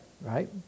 right